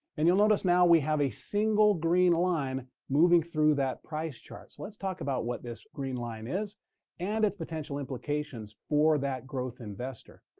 and you'll notice now we have a single green line moving through that price chart. so let's talk about what this green line is and its potential implications for that growth investor.